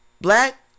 Black